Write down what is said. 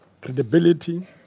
credibility